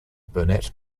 burnet